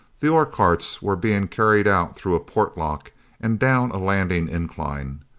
the ore carts were being carried out through a port lock and down a landing incline.